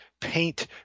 paint